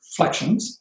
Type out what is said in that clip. flexions